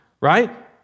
Right